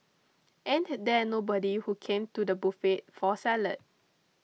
ain't there nobody who came to the buffet for salad